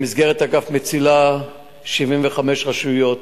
במסגרת אגף "מצילה" 75 רשויות,